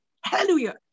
hallelujah